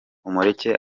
umureke